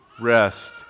rest